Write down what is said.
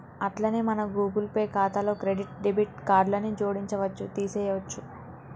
అట్లనే మన Google Pay ఖాతాలో క్రెడిట్ డెబిట్ కార్డులను జోడించవచ్చు తీసేయొచ్చు